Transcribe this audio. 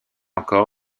encore